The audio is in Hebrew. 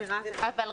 מירב,